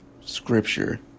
scripture